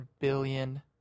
billion